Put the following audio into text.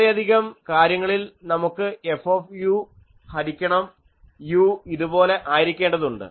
വളരെയധികം കാര്യങ്ങളിൽ നമുക്ക് F ഹരിക്കണം u ഇതുപോലെ ആയിരിക്കേണ്ടതുണ്ട്